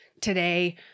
today